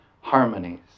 harmonies